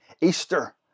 Easter